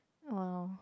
!wow!